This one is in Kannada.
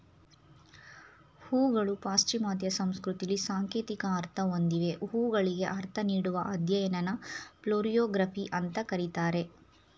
ಹೂಗಳು ಪಾಶ್ಚಿಮಾತ್ಯ ಸಂಸ್ಕೃತಿಲಿ ಸಾಂಕೇತಿಕ ಅರ್ಥ ಹೊಂದಿವೆ ಹೂಗಳಿಗೆ ಅರ್ಥ ನೀಡುವ ಅಧ್ಯಯನನ ಫ್ಲೋರಿಯೊಗ್ರಫಿ ಅಂತ ಕರೀತಾರೆ